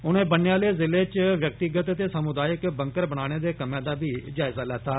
उनें बन्ने आले जिले च व्यक्तिगत ते समुदायिक बंकर बनाने दे कम्मै दा बी जायज़ा लैत्ता